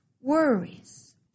worries